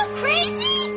crazy